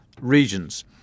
regions